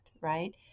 right